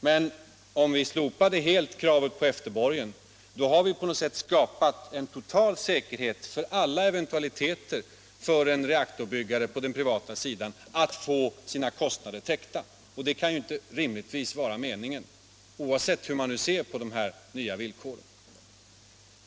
Men om vi helt slopar kravet på efterborgen, har vi på något sätt skapat en total säkerhet för alla eventualiteter för en reaktorbyggare på den privata sidan att få sina kostnader täckta, och det kan rimligtvis inte vara meningen, oavsett hur man nu ser på de nya villkoren.